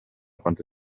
quanto